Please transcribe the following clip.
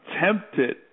tempted